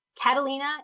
Catalina